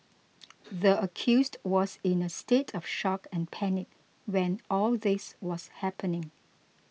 the accused was in a state of shock and panic when all this was happening